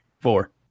four